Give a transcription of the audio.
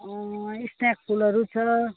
snake फुलहरू छ